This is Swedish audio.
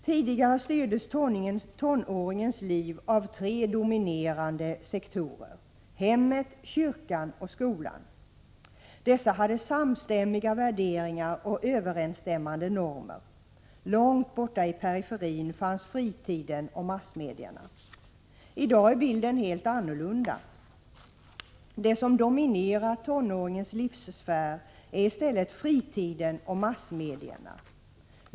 Tidigare styrdes tonåringens liv av tre dominerande sektorer — hemmet, kyrkan och skolan. Dessa hade samstämmiga värderingar och överensstämmande normer. Långt borta i periferin fanns fritiden och massmedierna. I dag är bilden en helt annan. Det som dominerar tonåringens livssfär är i stället fritiden och massmedierna.